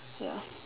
ya